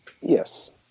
Yes